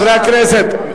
חברי הכנסת.